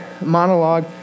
monologue